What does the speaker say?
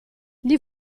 gli